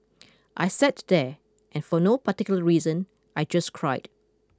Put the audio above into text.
I sat there and for no particular reason I just cried